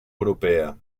europea